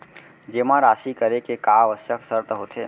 जेमा राशि करे के का आवश्यक शर्त होथे?